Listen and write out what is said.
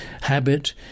habit